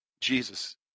Jesus